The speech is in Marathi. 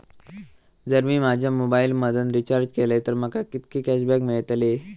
जर मी माझ्या मोबाईल मधन रिचार्ज केलय तर माका कितके कॅशबॅक मेळतले?